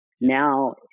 now